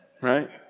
Right